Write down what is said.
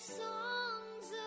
songs